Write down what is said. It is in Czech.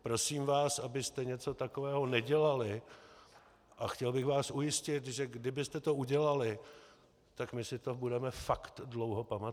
Prosím vás, abyste něco takového nedělali, a chtěl bych vás ujistit, že kdybyste to udělali, tak my si to budeme fakt dlouho pamatovat!